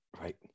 Right